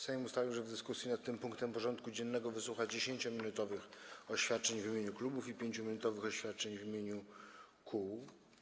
Sejm ustalił, że w dyskusji nad tym punktem porządku dziennego wysłucha 10-minutowych oświadczeń w imieniu klubów i 5-minutowych oświadczeń w imieniu kół.